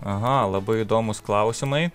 aha labai įdomūs klausimai